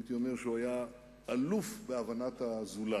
הייתי אומר שהוא היה אלוף בהבנת הזולת.